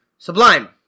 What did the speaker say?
Sublime